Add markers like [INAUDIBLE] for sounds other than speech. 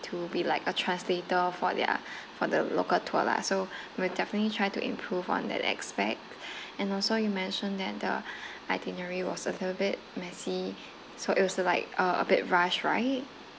to be like a translator for their [BREATH] for the local tour lah so we'll definitely try to improve on that aspect [BREATH] and also you mentioned that the itinerary was a little bit messy so it was like uh a bit rushed right